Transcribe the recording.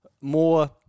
more